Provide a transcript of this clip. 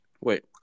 Wait